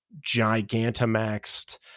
Gigantamaxed